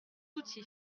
outil